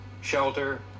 Shelter